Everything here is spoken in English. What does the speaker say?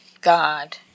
God